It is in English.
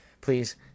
Please